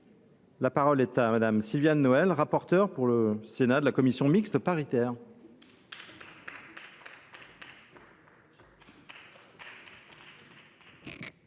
La parole est à Mme la rapporteure pour le Sénat de la commission mixte paritaire.